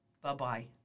Bye-bye